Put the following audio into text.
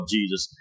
Jesus